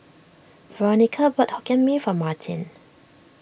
Veronica bought Hokkien Mee for Martin